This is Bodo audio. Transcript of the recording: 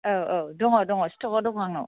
औ औ दङ दङ' स्ट'क आव दङ आंनाव